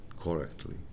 correctly